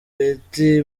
betty